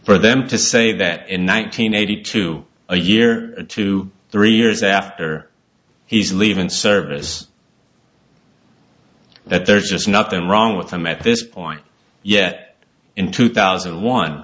for them to say that in one nine hundred eighty to a year to three years after he's leaving service that there's just nothing wrong with them at this point yet in two thousand and one